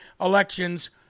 elections